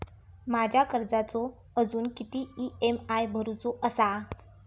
माझ्या कर्जाचो अजून किती ई.एम.आय भरूचो असा?